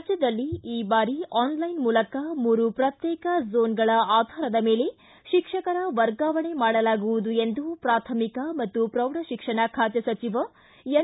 ರಾಜ್ಯದಲ್ಲಿ ಈ ಬಾರಿ ಆನ್ಲೈನ್ ಮೂಲಕ ಮೂರು ಪ್ರತ್ಯೇಕ ಜೋನ್ಗಳ ಆಧಾರದ ಮೇಲೆ ಶಿಕ್ಷಕರ ವರ್ಗಾವಣೆ ಮಾಡಲಾಗುವುದು ಎಂದು ಪ್ರಾಥಮಿಕ ಮತ್ತು ಪ್ರೌಢ ಶಿಕ್ಷಣ ಖಾತೆ ಸಚಿವ ಎನ್